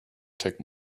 take